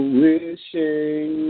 wishing